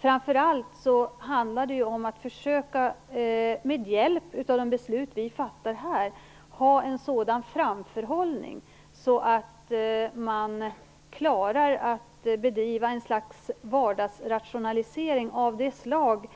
Framför allt handlar det om att man med hjälp av de beslut vi fattar här försöker ha en sådan framförhållning att man klarar att bedriva ett slags vardagsrationalisering enligt